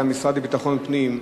וזה המשרד לביטחון פנים.